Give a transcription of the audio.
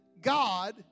God